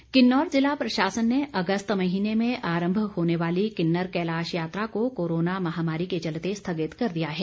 यात्रा किन्नौर जिला प्रशासन ने अगस्त महीने में आरम्भ होने वाली किन्नर कैलाश यात्रा को कोरोना महामारी के चलते स्थगित कर दिया है